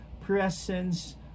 presence